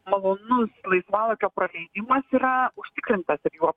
malonus laisvalaikio praleidimas yra užtikrintas ir jų